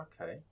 Okay